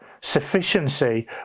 Sufficiency